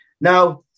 Now